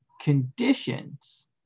conditions